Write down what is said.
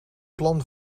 plan